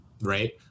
right